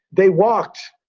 they walked.